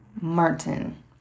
Martin